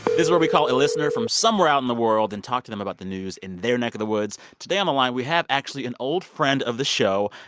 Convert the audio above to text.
is where we call a listener from somewhere out in the world and talk to them about the news in their neck of the woods. today on the line, we have, actually, an old friend of the show,